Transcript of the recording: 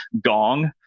Gong